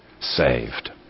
saved